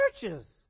churches